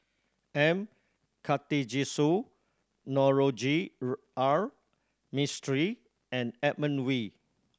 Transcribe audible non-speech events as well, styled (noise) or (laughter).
M Karthigesu Navroji (unintelligible) R Mistri and Edmund Wee